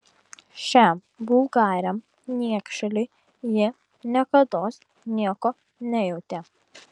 šiam vulgariam niekšeliui ji niekados nieko nejautė